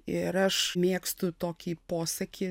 ir aš mėgstu tokį posakį